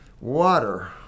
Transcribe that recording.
Water